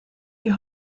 wie